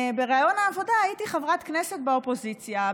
בריאיון העבודה הייתי חברת כנסת באופוזיציה,